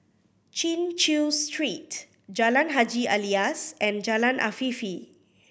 Chin Chew Street Jalan Haji Alias and Jalan Afifi